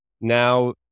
now